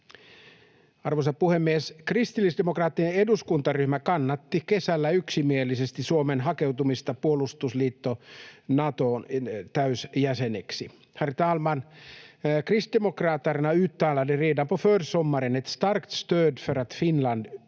Arvoisa puhemies! Kristillisdemokraattien eduskuntaryhmä kannatti kesällä yksimielisesti Suomen hakeutumista puolustusliitto Natoon täysjäseneksi. Herr talman! Kristdemokraterna uttalade redan på försommaren ett starkt stöd för att Finland ska